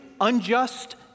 unjust